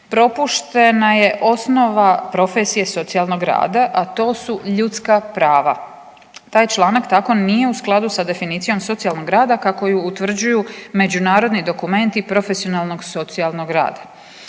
propuštena je osnova profesije socijalnog rada, a to su ljudska prava. Taj članak nije u skladu sa definicijom socijalnog rada kako je utvrđuju međunarodni dokumenti profesionalnog, socijalnog rada.